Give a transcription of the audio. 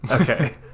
Okay